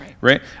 Right